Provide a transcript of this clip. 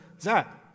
Zach